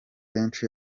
menshi